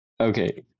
Okay